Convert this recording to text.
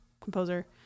composer